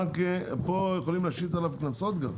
אז פה יכולים להשית עליו קנסות גם.